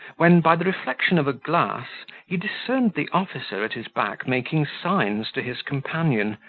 when, by the reflection of a glass, he discerned the officer at his back making signs to his companion,